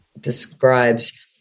describes